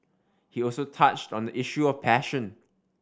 he also touched on the issue of passion